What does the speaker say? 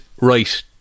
right